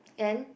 and